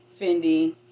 Fendi